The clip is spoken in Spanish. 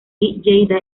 lleida